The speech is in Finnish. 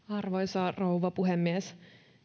arvoisa rouva puhemies